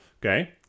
Okay